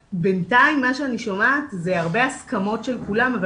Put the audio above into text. בינתיים מה שאני שומעת זה הרבה הסכמות של כולם אבל